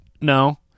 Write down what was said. No